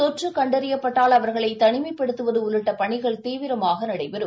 தொற்றுகண்டறிந்தால் அவர்களைதனிமைப்படுத்துவதுஉள்ளிட்டபணிகள் தீவிரமாகநடைபெறும்